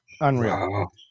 unreal